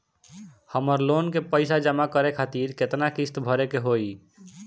हमर लोन के पइसा जमा करे खातिर केतना किस्त भरे के होई?